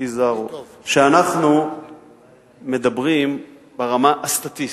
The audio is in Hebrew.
שאנחנו מדברים ברמה הסטטיסטית.